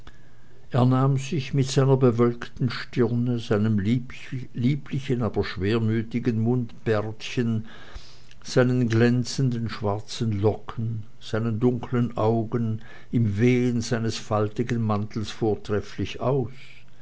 er nahm sich mit seiner bewölkten stirne seinem lieblichen aber schwermütigen mundbärtchen seinen glänzenden schwarzen locken seinen dunklen augen im wehen seines faltigen mantels vortrefflich aus